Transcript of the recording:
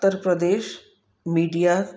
Uttar Pradesh media